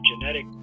genetic